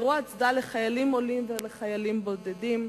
אירוע הצדעה לחיילים עולים ולחיילים בודדים,